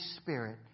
Spirit